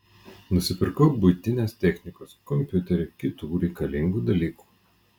nusipirkau buitinės technikos kompiuterį kitų reikalingų dalykų